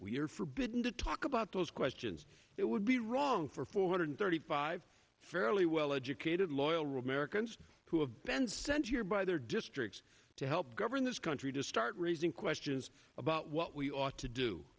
are forbidden to talk about those questions it would be wrong for four hundred thirty five fairly well educated loyal americans who have been sent here by their districts to help govern this country to start raising questions about what we ought to do